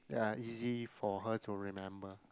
ya easy for her to remember